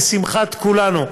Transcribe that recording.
לשמחת כולנו,